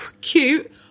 cute